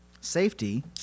safety